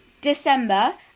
December